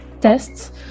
tests